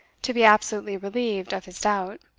to be absolutely relieved of his doubt,